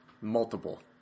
Multiple